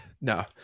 No